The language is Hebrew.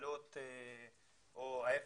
הקלות או ההפך,